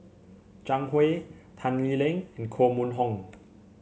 Zhang Hui Tan Lee Leng and Koh Mun Hong